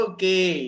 Okay